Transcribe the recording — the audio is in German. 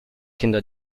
kinder